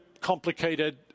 complicated